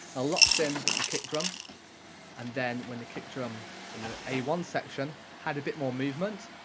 ah locked in with the kick drum and then when the kick drum in the a one section had a bit more movement,